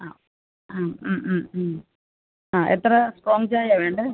ആ ആ ആ എത്ര സ്ട്രോംഗ് ചായയാണ് വേണ്ടത്